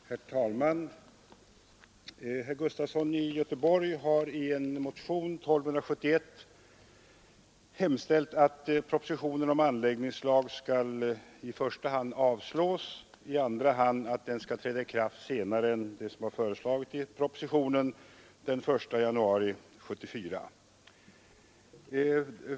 Herr talman! Herr Gustafson i Göteborg har i motionen 2171 hemställt att propositionen om anläggningslag i första hand skall avslås och i andra hand att den skall träda i kraft vid en senare tidpunkt än den i propositionen föreslagna, som är den 1 januari 1974.